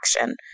action